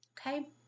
Okay